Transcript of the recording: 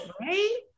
right